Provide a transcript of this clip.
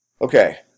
okay